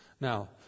Now